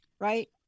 right